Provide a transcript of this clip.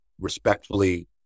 respectfully